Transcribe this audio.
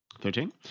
Thirteen